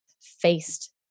faced